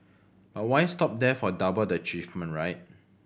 but why stop there for double the achievement right